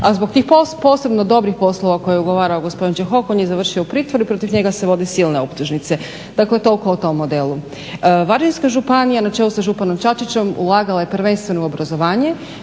a zbog tih posebno dobrih poslova koje je ugovarao gospodin Čehok on je završio u pritvoru i protiv njega se vode silne optužnice. Dakle, tolko o tom modelu. Varaždinska županija na čelu sa županom Čačićem ulagala je prvenstveno u obrazovanje.